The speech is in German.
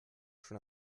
schon